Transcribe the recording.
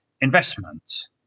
investment